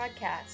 podcast